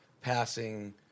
passing